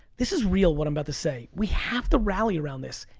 this is real, what i'm about to say. we have to rally around this.